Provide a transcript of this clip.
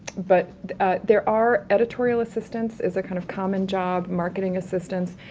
but there are editorial assistance is a kind of common job, marketing assistance.